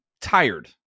tired